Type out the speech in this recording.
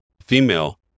female